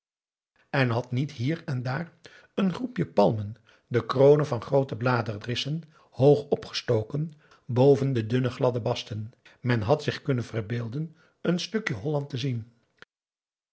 en had niet hier en daar een groepje palmen de kronen van groote bladerrissen hoog opgestoken boven de dunne gladde basten men had zich kunnen verbeelden een stukje holland te zien